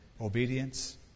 obedience